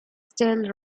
still